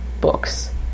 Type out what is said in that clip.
books